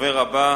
הדובר הבא,